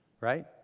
right